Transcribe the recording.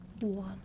one